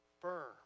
Firm